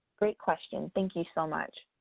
great question. thank you, so much.